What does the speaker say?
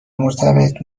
مرتبط